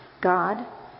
God